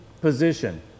position